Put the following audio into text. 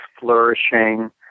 flourishing